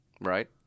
right